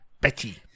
Betty